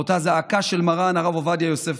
באותה זעקה של מרן הרב עובדיה יוסף,